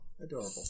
adorable